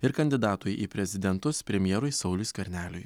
ir kandidatui į prezidentus premjerui sauliui skverneliui